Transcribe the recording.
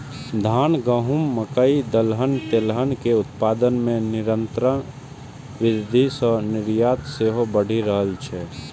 धान, गहूम, मकइ, दलहन, तेलहन के उत्पादन मे निरंतर वृद्धि सं निर्यात सेहो बढ़ि रहल छै